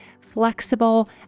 flexible